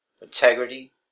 Integrity